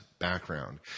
Background